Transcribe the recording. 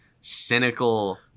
cynical